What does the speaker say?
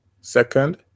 Second